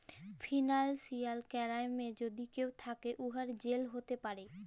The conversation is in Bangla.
ফিলালসিয়াল কেরাইমে যদি কেউ থ্যাকে, উয়ার জেল হ্যতে পারে